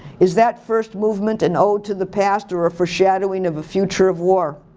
is that first movement an ode to the past or a foreshadowing of a future of war?